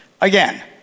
Again